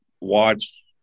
watch